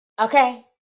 Okay